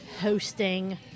hosting